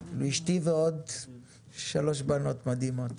אשתי ועוד שלוש בנות מדהימות.